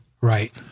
Right